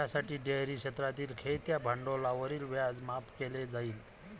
ज्यासाठी डेअरी क्षेत्रातील खेळत्या भांडवलावरील व्याज माफ केले जाईल